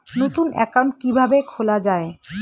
নতুন একাউন্ট কিভাবে খোলা য়ায়?